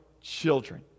children